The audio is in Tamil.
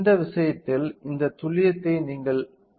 இந்த விஷயத்தில் இந்த துல்லியத்தை நீங்கள் என்ன சொல்கிறீர்கள்